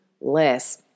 less